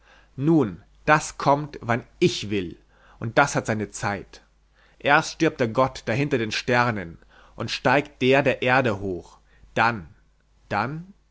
nun das kommt wann ich will und das hat seine zeit erst stirbt der gott da hinter den sternen und steigt der der erde hoch dann dann